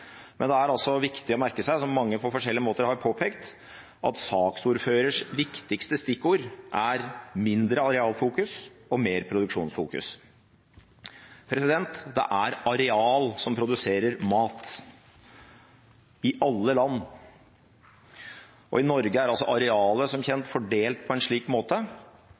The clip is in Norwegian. Men det er altså viktig å merke seg, som mange på forskjellige måter har påpekt, at saksordførerens viktigste stikkord er mindre arealfokus og mer produksjonsfokus. Det er areal som produserer mat – i alle land. I Norge er arealet som kjent fordelt på en slik måte